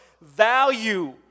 value